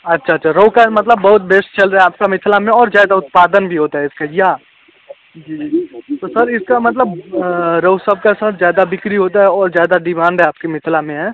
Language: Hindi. अच्छा अच्छा रोहू का मतलब बहुत बेस्ट चल रहा है आपके मिथिला में और ज़्यादा उत्पादन भी होता है इसका या तो सर इसका मतलब रोहू सब से ज़्यादा बिक्री होता है और ज़्यादा डिमांड है आपके मिथिला में है